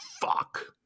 fuck